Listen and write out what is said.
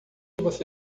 você